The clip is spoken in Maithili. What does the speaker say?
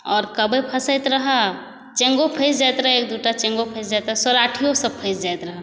आओर कब्बै फँसैत रहै चेङ्गो फँसि जाइत रहै एक दू टा चेङ्गो फँसि जाइ सौराठिओ सब फँसि जाइत रहै